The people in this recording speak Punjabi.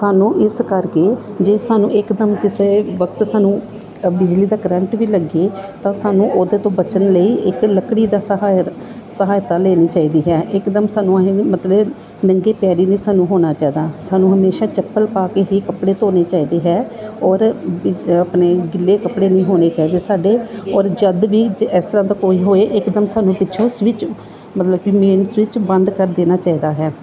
ਸਾਨੂੰ ਇਸ ਕਰਕੇ ਜੇ ਸਾਨੂੰ ਇਕਦਮ ਕਿਸੇ ਵਕਤ ਸਾਨੂੰ ਬਿਜਲੀ ਤਾਂ ਕਰੰਟ ਵੀ ਲੱਗੇ ਤਾਂ ਸਾਨੂੰ ਉਹਦੇ ਤੋਂ ਬਚਣ ਲਈ ਇੱਕ ਲੱਕੜੀ ਦਾ ਸਹਾਰਾ ਸਹਾਇਤਾ ਲੈਣੀ ਚਾਹੀਦੀ ਹੈ ਇਕਦਮ ਸਾਨੂੰ ਅਸੀਂ ਮਤਲਬ ਨੰਗੇ ਪੈਰ ਨਹੀਂ ਸਾਨੂੰ ਹੋਣਾ ਚਾਹੀਦਾ ਸਾਨੂੰ ਹਮੇਸ਼ਾ ਚੱਪਲ ਪਾ ਕੇ ਹੀ ਕੱਪੜੇ ਧੋਣੇ ਚਾਹੀਦੇ ਹੈ ਔਰ ਆਪਣੇ ਗਿੱਲੇ ਕੱਪੜੇ ਨਹੀਂ ਹੋਣੇ ਚਾਹੀਦੇ ਸਾਡੇ ਔਰ ਜਦੋਂ ਵੀ ਇਸ ਤਰ੍ਹਾਂ ਦਾ ਕੋਈ ਹੋਏ ਇਕਦਮ ਸਾਨੂੰ ਪਿੱਛੋਂ ਸਵਿੱਚ ਮਤਲਬ ਮੇਨ ਸਵਿੱਚ ਬੰਦ ਕਰ ਦੇਣਾ ਚਾਹੀਦਾ ਹੈ